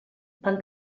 van